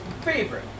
Favorite